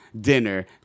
dinner